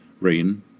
Rain